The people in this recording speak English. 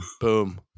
Boom